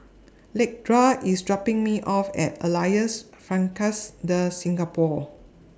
Lakendra IS dropping Me off At Alliance Francaise De Singapour